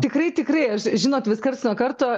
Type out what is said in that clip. tikrai tikrai aš žinot vis karts nuo karto